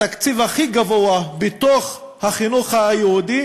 את התקציב הכי גבוה בתוך החינוך היהודי